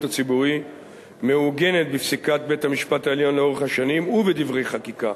הציבורי מעוגנת בפסיקת בית-המשפט העליון לאורך השנים ובדברי חקיקה.